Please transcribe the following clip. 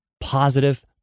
positive